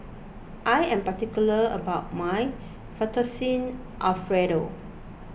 I am particular about my Fettuccine Alfredo